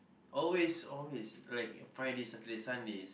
always always like Fridays Saturdays Sundays